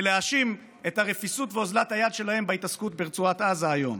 ולהאשים את הרפיסות ואוזלת היד שלהם בהתעסקות ברצועת עזה היום.